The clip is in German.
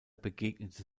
begegnete